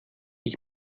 ich